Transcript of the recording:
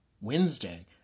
Wednesday